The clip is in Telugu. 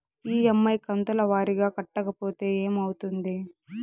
ఇ.ఎమ్.ఐ కంతుల వారీగా కట్టకపోతే ఏమవుతుంది?